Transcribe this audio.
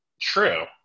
True